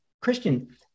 Christian